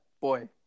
boy